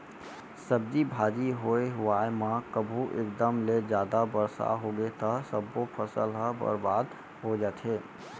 सब्जी भाजी होए हुवाए म कभू एकदम ले जादा बरसा होगे त सब्बो फसल ह बरबाद हो जाथे